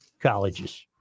colleges